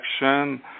action